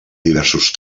diversos